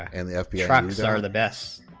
and the tracks and are the best